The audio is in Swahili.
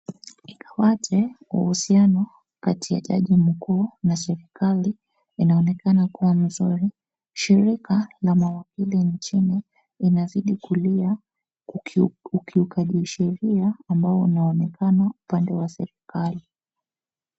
Ingawaje uhusiano kati ya jaji mkuu na serikali inaonekana kuwa mzuri, shirika la mawakili nchini inaizidi kulia ukiukaji wa sheria ambao unaonekana upande wa serikali.